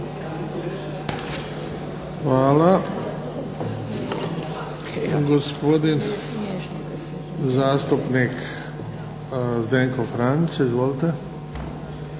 Hvala. Gospodin zastupnik Zdenko Franić. Izvolite.